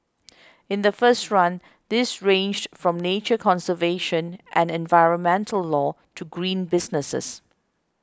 in the first run these ranged from nature conservation and environmental law to green businesses